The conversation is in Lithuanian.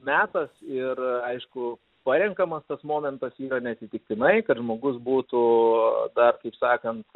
metas ir aišku parenkamas tas momentas yra neatsitiktinai kad žmogus būtų dar kaip sakant